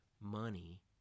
money